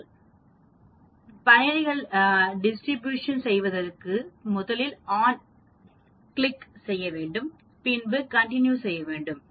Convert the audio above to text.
இதில் பயணிகள் டிஸ்ட்ரிபியூஷன் செய்வதற்கு முதலில் on கிளிக் செய்ய வேண்டும் பின்பு கண்டினியூ செய்ய வேண்டும்